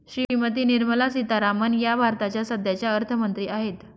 श्रीमती निर्मला सीतारामन या भारताच्या सध्याच्या अर्थमंत्री आहेत